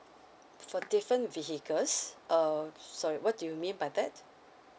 for different vehicles uh sorry what do you mean by that